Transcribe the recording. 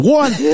one